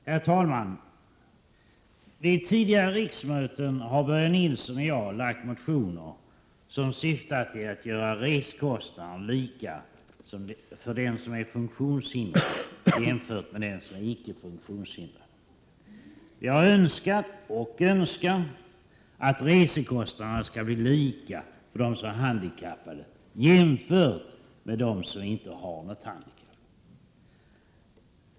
Herr talman! Vid tidigare riksmöten har Börje Nilsson och jag väckt motioner som syftat till att reskostnaderna för funktionshindrade inte skall bli större än för icke funktionshindrade. Jag har önskat, och önskar fortfarande, att reskostnaderna för dem som är handikappade skall bli likvärdiga med kostnaderna för dem som inte har något handikapp.